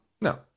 No